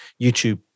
YouTube